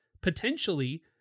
potentially